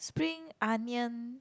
spring onion